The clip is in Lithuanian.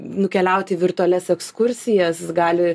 nukeliauti į virtualias ekskursijas gali